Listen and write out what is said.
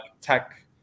tech